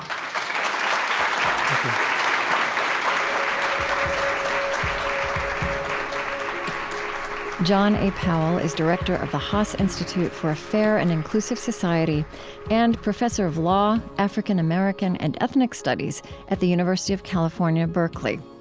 um john a. powell is director of the haas institute for a fair and inclusive society and professor of law, african-american, and ethnic studies at the university of california, berkeley.